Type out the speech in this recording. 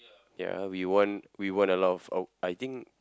ya we won we won a lot of uh I think